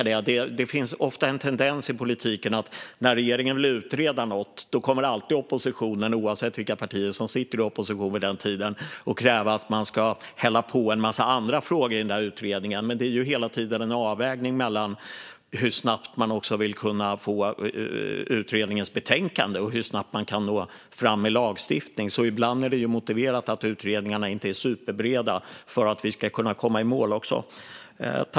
Det finns ofta en tendens i politiken att när regeringen vill utreda något kommer alltid oppositionen, oavsett vilka partier som sitter i opposition vid den tiden, och kräver att man ska hälla på en massa andra frågor i den utredningen. Det är dock hela tiden en avvägning: Hur snabbt vill man kunna få utredningens betänkande, och hur snabbt kan man få fram lagstiftning? Vi ska ju komma i mål också, så ibland är det motiverat att utredningarna inte är superbreda.